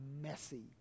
messy